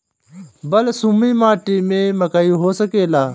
बलसूमी माटी में मकई हो सकेला?